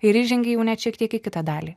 ir įžengei jau net šiek tiek į kitą dalį